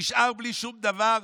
נשאר בלי שום דבר.